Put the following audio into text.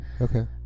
Okay